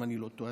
אם אני לא טועה.